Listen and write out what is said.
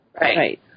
Right